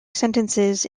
sentences